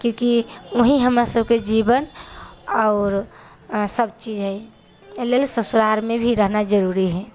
क्योंकि वही हमरासभके जीवन आओर सभचीज हइ एहिलेल ससुरारिमे भी रहना जरूरी हइ